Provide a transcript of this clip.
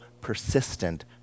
persistent